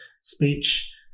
speech